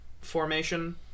formation